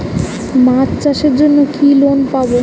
মাছ চাষের জন্য কি লোন পাব?